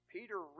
Peter